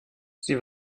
sie